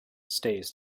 stays